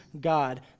God